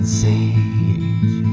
sage